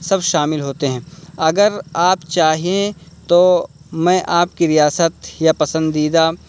سب شامل ہوتے ہیں اگر آپ چاہیں تو میں آپ کی ریاست یا پسندیدہ